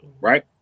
right